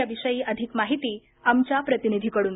या विषयी अधिक माहिती आमच्या प्रतिनिधीकडून